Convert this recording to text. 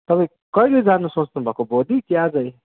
तपाईँ कहिले जानु सोच्नु भएको भोलि कि आजै